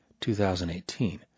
2018